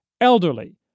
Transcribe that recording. elderly